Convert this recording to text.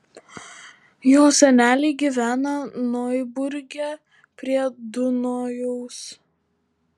jo seneliai gyvena noiburge prie dunojaus